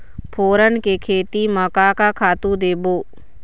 फोरन के खेती म का का खातू देबो?